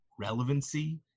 relevancy